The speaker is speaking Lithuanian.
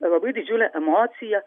labai didžiulė emocija